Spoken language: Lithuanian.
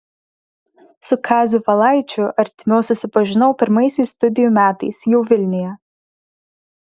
su kaziu valaičiu artimiau susipažinau pirmaisiais studijų metais jau vilniuje